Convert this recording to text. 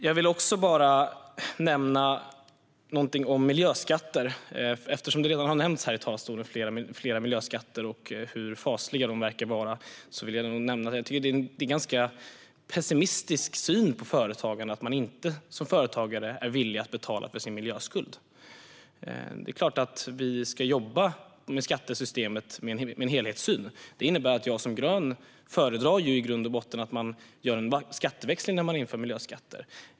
Jag vill också bara nämna något om miljöskatter, eftersom det redan har nämnts här i talarstolen hur fasliga de verkar vara. Jag tycker att det är en ganska pessimistisk syn att man inte som företagare är villig att betala för sin miljöskuld. Det är klart att vi ska ha en helhetssyn när vi jobbar med skattesystemet. Jag som grön föredrar i grund och botten att man gör en skatteväxling när man inför miljöskatter.